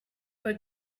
bei